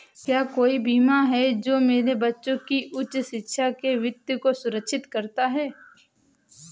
क्या कोई बीमा है जो मेरे बच्चों की उच्च शिक्षा के वित्त को सुरक्षित करता है?